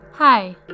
Hi